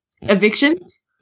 evictions